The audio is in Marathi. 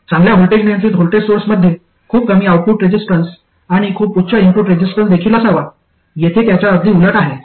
चांगल्या व्होल्टेज नियंत्रित व्होल्टेज सोर्समध्ये खूप कमी आउटपुट रेजिस्टन्स आणि खूप उच्च इनपुट रेजिस्टन्स देखील असावा येथे याच्या अगदी उलट आहे